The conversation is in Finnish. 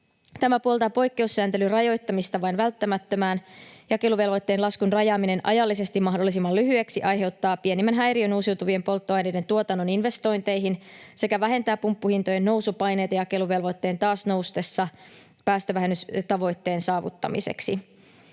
Tämä puoltaa poikkeussääntelyn rajoittamista vain välttämättömään. Jakeluvelvoitteen laskun rajaaminen ajallisesti mahdollisimman lyhyeksi aiheuttaa pienimmän häiriön uusiutuvien polttoaineiden tuotannon investointeihin sekä vähentää pumppuhintojen nousupaineita jakeluvelvoitteen taas noustessa päästövähennystavoitteen saavuttamiseksi.